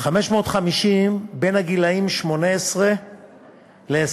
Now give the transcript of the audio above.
550 בין הגילים 18 ו-21,